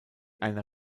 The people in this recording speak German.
einer